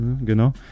Genau